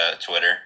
Twitter